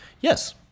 Yes